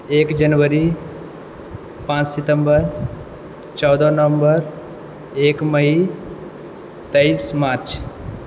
एक जनवरी पाँच सितम्बर चौदह नवम्बर एक मई तेइस मार्च